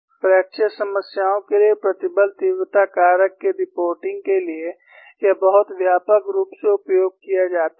fracture समस्याओं के लिए प्रतिबल तीव्रता कारक की रिपोर्टिंग के लिए यह बहुत व्यापक रूप से उपयोग किया जाता है